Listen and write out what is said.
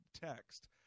text